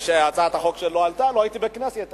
כשהצעת החוק שלו עלתה לא הייתי בכנסת.